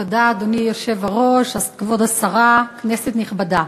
אדוני היושב-ראש, תודה, כבוד השרה, כנסת נכבדה,